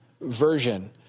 version